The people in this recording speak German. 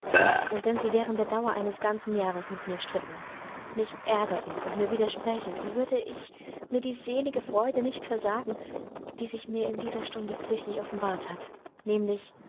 und wenn sie während der dauer eines ganzen jahres mit mir stritten mich ärgerten und mir widersprächen so würde ich mir die selige freude nicht versagen die sich mir in dieser stunde flüchtig offenbart hat nämlich